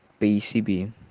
PCB